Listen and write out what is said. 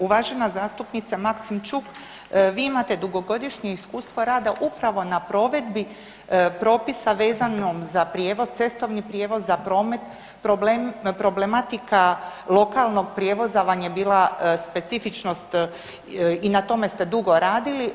Uvažena zastupnice Maksimčuk vi imate dugogodišnje iskustvo rada upravo na provedbi propisa vezano za prijevoz, cestovni prijevoz, za promet, problematika lokalnog prijevoza vam je bila specifičnost i na tome ste dugo radili.